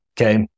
Okay